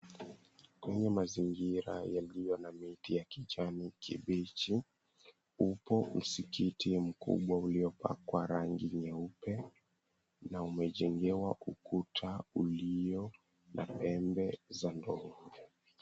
Kwenye mazingira yaliyo na miti ya kijani kibichi. Upo msikiti mkubwa uliopakwa rangi nyeupe, na umejengewa ukuta ulio na pembe za ndovu.